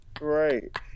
right